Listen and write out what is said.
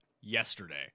yesterday